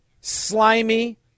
Slimy